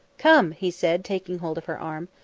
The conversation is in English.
come, he said, taking hold of her arm.